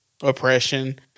oppression